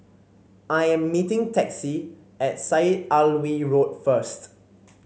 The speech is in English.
I am meeting Texie at Syed Alwi Road first